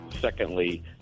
Secondly